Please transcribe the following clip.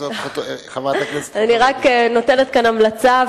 אני רק נותנת כאן המלצה.